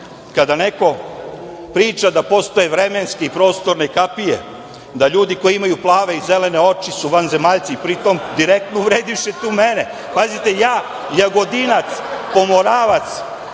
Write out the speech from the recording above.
kada neko priča da postoje vremenske prostorne kapije, da ljudi koji imaju plave i zelene oči su vanzemaljci, pri tom direktno uvredivši tu mene, pazite, ja, Jagodinac, Pomoravac,